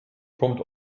kommt